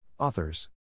authors